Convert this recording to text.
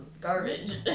garbage